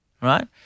right